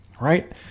Right